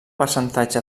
percentatge